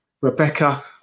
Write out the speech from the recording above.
Rebecca